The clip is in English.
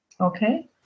Okay